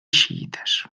xiïtes